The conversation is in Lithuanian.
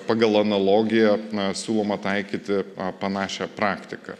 pagal analogiją siūloma taikyti panašią praktiką